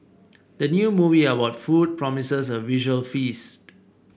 the new movie about food promises a visual feast